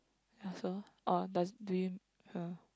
ya so orh does do you uh